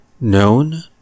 Known